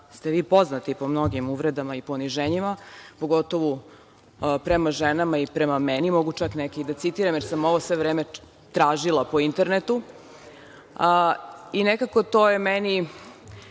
ste vi poznati po mnogim uvredama i poniženjima, pogotovo prema ženama i prema meni. Mogu čak neke i da citiram, jer sam ovo sve vreme tražila po internetu. Nekako, to je meni,